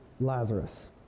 Lazarus